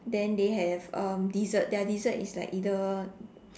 then they have um dessert their dessert is like either